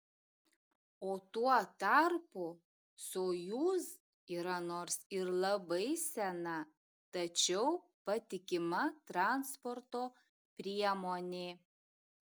o tuo tarpu sojuz yra nors ir labai sena tačiau patikima transporto priemonė